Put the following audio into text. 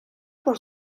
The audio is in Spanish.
por